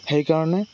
সেইকাৰণে